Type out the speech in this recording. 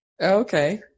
Okay